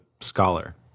scholar